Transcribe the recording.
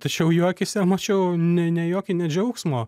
tačiau jo akyse mačiau ne ne jokį ne džiaugsmą